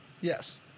Yes